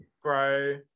grow